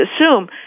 assume